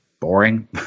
boring